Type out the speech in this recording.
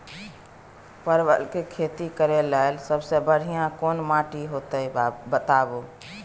परवल के खेती करेक लैल सबसे बढ़िया कोन माटी होते बताबू?